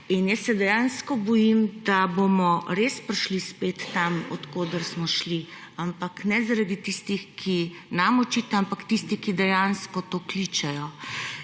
In jaz se dejansko bojim, da bomo res prišli spet tja, odkoder smo šli, ampak ne zaradi tistih, ki nam očita, ampak zaradi tistih, ki dejansko to kličejo.